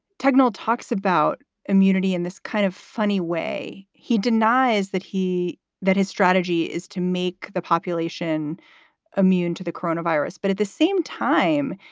technol talks about immunity in this kind of funny way he denies that he that his strategy is to make the population immune to the coronavirus but at the same time,